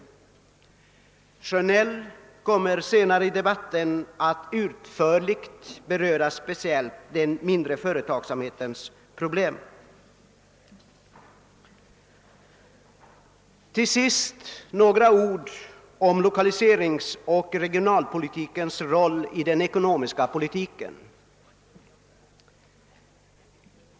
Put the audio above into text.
Herr Sjöneil kommer senare i debatten att utförligt beröra speciellt den mindre företagsamhetens problem. Till sist några ord om lokaliseringsoch regionalpolitikens roll i den ekonomiska politiken.